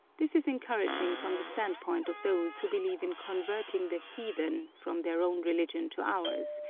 this is encouraging from the stand-point of those who believe in converting the heathen from their own religion to ours,